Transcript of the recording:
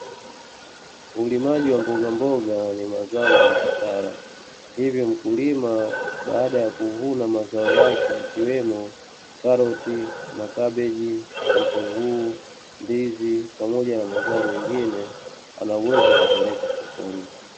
Ulimaji wa mbogamboga ni mazao ya biashara hivyo mkulima baada ya kuvuna mazao yake yakiwemo karoti, makabichi, vitunguu, ndizi pamoja na mazao mengine anauwezo wa kupeleka sokoni.